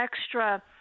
extra